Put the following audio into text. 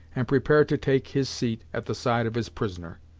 and prepared to take his seat at the side of his prisoner.